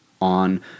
on